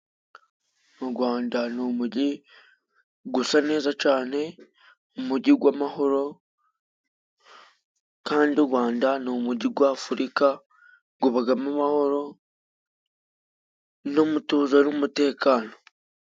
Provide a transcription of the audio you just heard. U Gwanda ni umujyi gusa neza cane, umujyi gw'amahoro kandi u Gwanda ni umujyi gw' Afurika gwabagamo amahoro n'umutuzo n'umutekano.